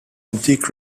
antique